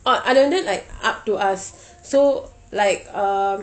orh அது வந்து:athu vanthu like up to us so like um